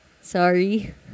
Sorry